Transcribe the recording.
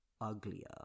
uglier